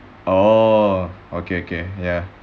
oh okay okay ya